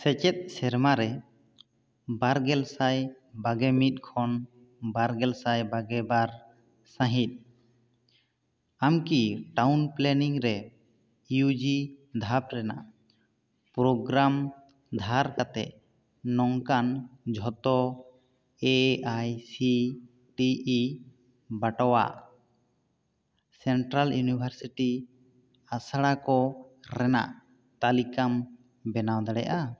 ᱥᱮᱪᱮᱫ ᱥᱮᱨᱢᱟ ᱨᱮ ᱵᱟᱨ ᱜᱮᱞ ᱥᱟᱭ ᱵᱟᱜᱮ ᱢᱤᱫ ᱠᱷᱚᱱ ᱵᱟᱨ ᱜᱮᱞ ᱥᱟᱭ ᱵᱟᱜᱮ ᱵᱟᱨ ᱥᱟᱹᱦᱤᱛ ᱟᱢ ᱠᱤ ᱴᱟᱣᱩᱱ ᱯᱞᱟᱱᱤᱝ ᱨᱮ ᱤᱭᱩ ᱡᱤ ᱫᱷᱟᱯ ᱨᱮᱱᱟᱜ ᱯᱨᱳᱜᱨᱟᱢ ᱫᱷᱟᱨ ᱠᱟᱛᱮᱫ ᱱᱚᱝᱠᱟᱱ ᱡᱷᱚᱛᱚ A I C T E ᱵᱟᱛᱟᱣᱟᱜ ᱥᱮᱱᱴᱨᱟᱞ ᱤᱭᱩᱱᱤᱵᱷᱟᱨᱥᱤᱴᱤ ᱟᱥᱲᱟ ᱠᱚ ᱨᱮᱱᱟᱜ ᱛᱟᱹᱞᱤᱠᱟᱢ ᱵᱮᱱᱟᱣ ᱫᱟᱲᱮᱭᱟᱜᱼᱟ